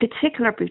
particular